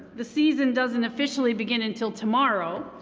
the season doesn't officially begin until tomorrow,